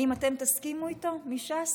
האם אתם תסכימו איתו, מש"ס,